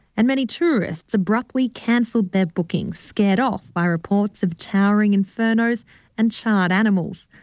and many tourists abruptly cancelled their bookings, scared off by reports of towering infernos and charred animals.